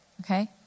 Okay